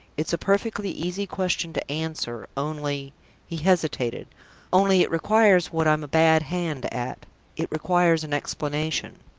it's a perfectly easy question to answer. only he hesitated only it requires what i'm a bad hand at it requires an explanation.